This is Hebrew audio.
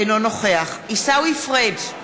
אינו נוכח עיסאווי פריג'